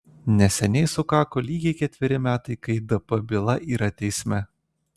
neseniai sukako lygiai ketveri metai kai dp byla yra teisme